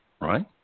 right